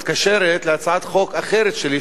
מתקשרת להצעת חוק אחרת שלי,